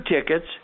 tickets